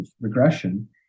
regression